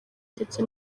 ndetse